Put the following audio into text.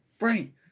Right